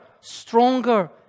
stronger